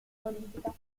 modifica